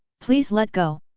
please let go.